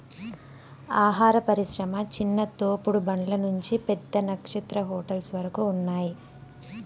ఆహార పరిశ్రమ చిన్న తోపుడు బండ్ల నుంచి పెద్ద నక్షత్ర హోటల్స్ వరకు ఉన్నాయ్